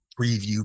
preview